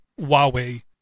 Huawei